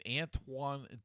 Antoine